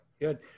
Good